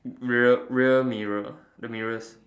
rear rear mirror the mirrors